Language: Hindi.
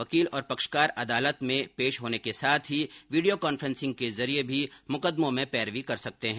वकील और पक्षकार अदालत में पेश होने के साथ ही वीडियो कॉन्फ्रेंसिंग के जरिए भी मुकदमों में पैरवी कर सकते हैं